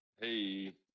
Hey